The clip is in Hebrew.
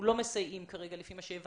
אנחנו כרגע לא מסייעים - לפי מה שהבנתי,